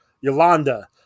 Yolanda